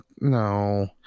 No